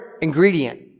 ingredient